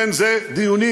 זה דיונים.